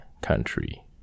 country